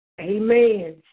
Amen